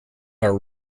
are